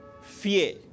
fear